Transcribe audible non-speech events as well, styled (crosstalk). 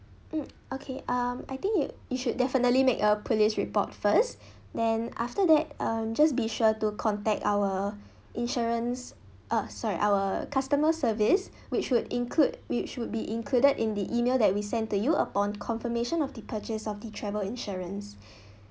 mm okay um I think you you should definitely make a police report first (breath) then after that um just be sure to contact our insurance uh sorry our customer service (breath) which would include which would be included in the email that we sent to you upon confirmation of the purchase of the travel insurance (breath)